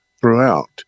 throughout